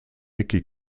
mickey